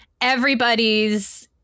everybody's